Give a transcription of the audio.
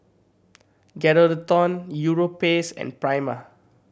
Geraldton Europace and Prima